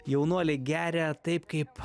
jaunuoliai geria taip kaip